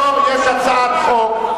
יש הצעת חוק.